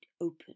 open